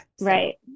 Right